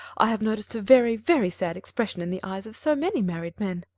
i have noticed a very, very sad expression in the eyes of so many married men.